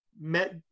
met